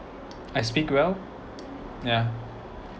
I speak well yeah